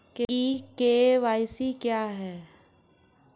ई KYC क्या है?